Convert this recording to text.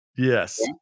Yes